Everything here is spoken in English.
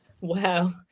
Wow